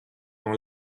dans